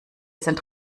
sind